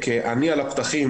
כעני על הפתחים,